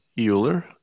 Euler